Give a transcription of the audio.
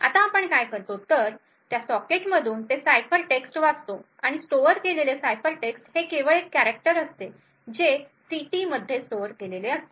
आता आपण काय करतो तर त्या सॉकेट मधून ते सायफरटेक्स्ट वाचतो आणि स्टोअर केलेले सायफरटेक्स्ट हे केवळ एक कॅरेक्टर असते जे सीटी मध्ये स्टोअर केलेले असते